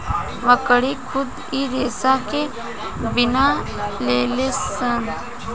मकड़ी खुद इ रेसा के बिन लेलीसन